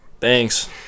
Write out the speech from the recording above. Thanks